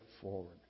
forward